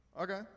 Okay